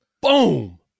Boom